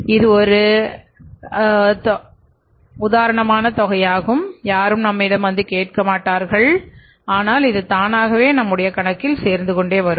இது ஒரு இதை யாரும் நம்மிடம் வந்து கேட்க மாட்டார்கள் ஆனால் இது தானாகவே நம்முடைய கணக்கில் சேர்ந்து கொண்டே வரும்